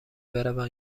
بروم